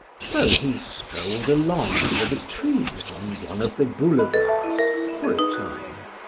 so he strolled along under the trees on one of the boulevards for a time.